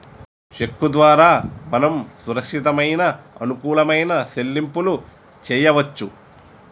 చెక్కు ద్వారా మనం సురక్షితమైన అనుకూలమైన సెల్లింపులు చేయవచ్చు